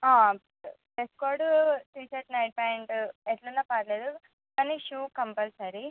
dress code T shirt night pant ఎట్లున్నా పర్లేదు కానీ షూ కంపల్సరీ